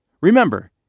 Remember